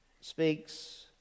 speaks